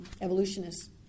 evolutionists